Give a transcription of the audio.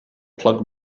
plug